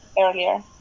earlier